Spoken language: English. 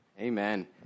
Amen